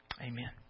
Amen